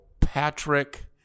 Patrick